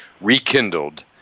rekindled